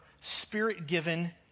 spirit-given